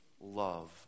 love